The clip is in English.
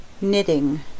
Knitting